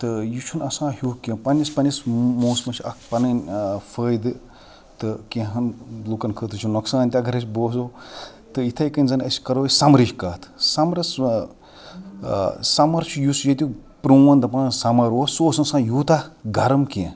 تہٕ یہِ چھُنہٕ آسان ہِوُے کینٛہہ پنٛنِس پنٛنِس موسمَس چھِ اَکھ پَنٕنۍ فٲیدٕ تہٕ کینٛہہ لُکَن خٲطرٕ چھِ نۄقصان تہِ اگر أسۍ بوزو تہٕ یِتھَے کٔنۍ زَن أسۍ کَرو أسۍ سَمرٕچ کَتھ سَمرَس سَمَر چھُ یُس ییٚتہِ پرٛون دَپان سَمَر اوس سُہ اوس نہٕ آسان یوٗتاہ گرم کینٛہہ